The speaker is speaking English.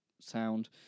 sound